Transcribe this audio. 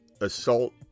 assault